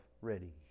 ready